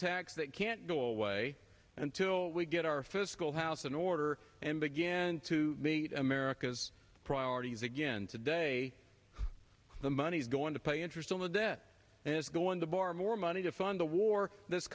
tax that can't go away until we get our fiscal house in order and began to meet america's priorities again today the money is going to pay interest on the debt and it's going to borrow more money to fund the war that's